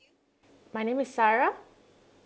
my name is sarah